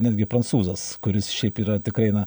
netgi prancūzas kuris šiaip yra tikrai na